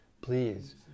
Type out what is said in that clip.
please